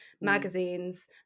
magazines